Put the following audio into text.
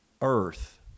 earth